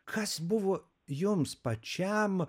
kas buvo jums pačiam